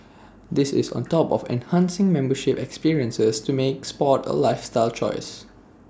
this is on top of enhancing membership experiences to make Sport A lifestyle choice